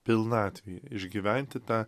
pilnatvėj išgyventi tą